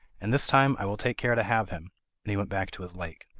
and this time i will take care to have him and he went back to his lake.